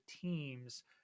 teams